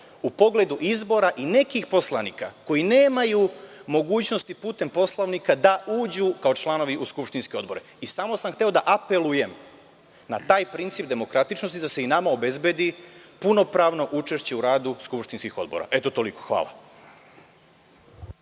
u pogledu izbora i nekih poslanika koji nemaju mogućnosti putem Poslovnika da uđu kao članovi u skupštinske odbore. Samo sam hteo da apelujem na taj princip demokratičnosti i da se i nama obezbedi punopravno učešće u radu skupštinskih odbora. Toliko. Hvala.